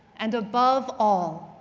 and above all,